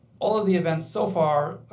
all of the events so far,